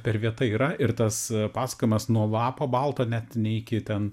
per vieta yra ir tas pasakojimas nuo lapo balto net ne iki ten